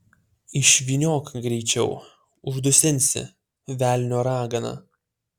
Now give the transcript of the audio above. išvyniok greičiau uždusinsi velnio ragana